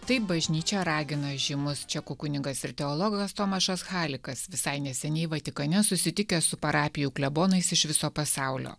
taip bažnyčią ragina žymus čekų kunigas ir teologas tomašas halikas visai neseniai vatikane susitikęs su parapijų klebonais iš viso pasaulio